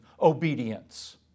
obedience